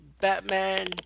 Batman